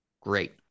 great